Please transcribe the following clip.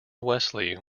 wesley